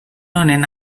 honen